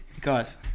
Guys